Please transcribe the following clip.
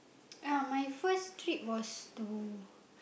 ya my first trip was to